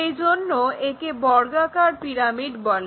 সেইজন্য একে বর্গাকার পিরামিড বলে